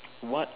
what